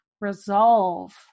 resolve